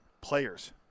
Players